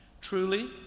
TRULY